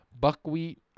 Buckwheat